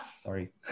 Sorry